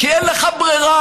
כי אין לך ברירה,